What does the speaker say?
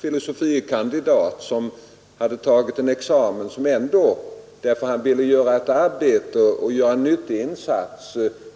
Trots att han hade avlagt denna examen hade han tagit